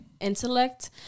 intellect